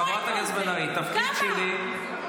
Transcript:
חברת הכנסת בן ארי, התפקיד שלי -- כמה?